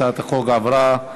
הצעת החוק עברה,